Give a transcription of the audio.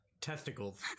testicles